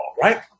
right